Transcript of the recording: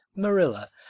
marilla,